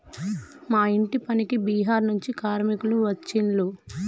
మా ఇంటి పనికి బీహార్ నుండి కార్మికులు వచ్చిన్లు